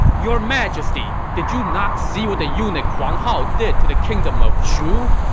your majesty, did you not see what the eunuch huang hao did to the kingdom of shu!